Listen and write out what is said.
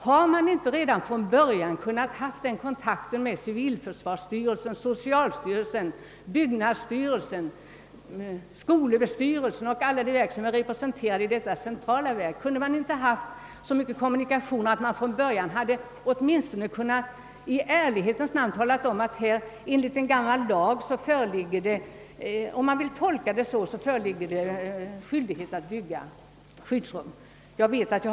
Kunde det inte redan från början ha tagits sådan kontakt mellan civilförsvarsstyrelsen, socialstyrelsen, byggnadsstyrelsen, skolöverstyrelsen och andra berörda myndigheter att det åtminstone varit möjligt att i ärlighetens namn tala om att det enligt den gamla civilförsvarslagen — om man vill tolka den så — föreligger skyldighet att bygga skyddsrum till barnstugorna?